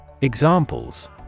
Examples